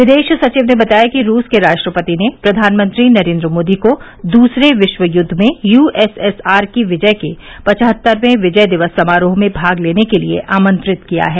विदेश सचिव ने बताया कि रूस के राष्ट्रपति ने प्रधानमंत्री नरेन्द्र मोदी को दूसरे विश्व युद्ध में यू एस एस आर की विजय के पचहत्तरवें विजय दिवस समारोह में भाग लेने के लिए आमंत्रित किया है